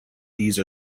these